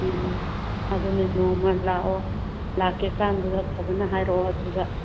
ꯎꯝ ꯑꯗꯨꯅꯦ ꯅꯣꯡꯃ ꯂꯥꯛꯑꯣ ꯂꯥꯛꯀꯦ ꯀꯥꯟꯗꯨꯅ ꯐꯖꯅ ꯍꯥꯏꯔꯛꯑꯣ ꯑꯗꯨꯒ